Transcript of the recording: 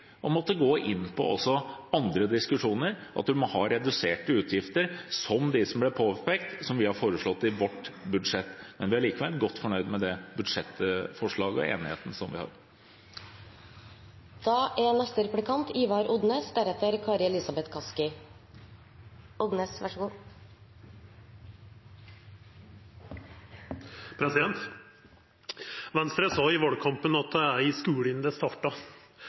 å måtte gå inn på andre diskusjoner, at vi må ha reduserte utgifter, som dem som ble påpekt, som vi har foreslått i vårt budsjett. Vi er likevel godt fornøyd med budsjettforslaget og den enigheten som vi har. Venstre sa i valkampen at det er i skulen det